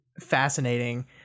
fascinating